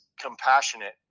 compassionate